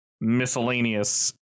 miscellaneous